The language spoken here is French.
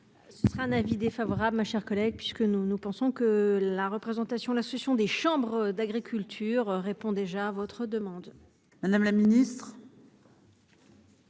Ce sera un avis défavorable, ma chère collègue puisque nous, nous pensons que la représentation la session des Chambres d'agriculture répond déjà à votre demande. Madame la Ministre.